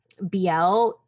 BL